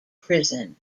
prison